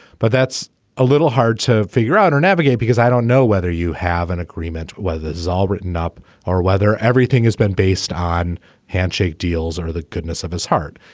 but that's a little hard to figure out or navigate because i don't know whether you have an agreement whether it's all written up or whether everything has been based on handshake deals or the goodness of his heart.